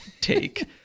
take